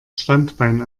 standbein